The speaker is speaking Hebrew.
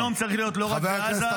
והגיהינום צריך להיות לא רק בעזה,